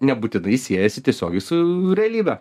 nebūtinai siejasi tiesiogiai su realybe